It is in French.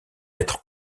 être